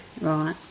Right